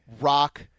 rock